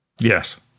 Yes